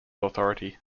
authority